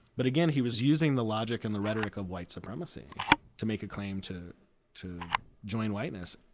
but again he was using the logic and the rhetoric of white supremacy to make a claim to to join whiteness.